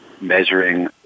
measuring